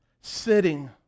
sitting